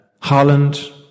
Holland